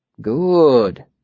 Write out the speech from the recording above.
Good